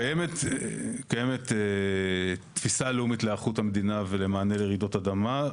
קיימת תפיסה לאומית להיערכות המדינה ולמענה לרעידות אדמה.